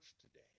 today